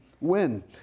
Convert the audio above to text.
win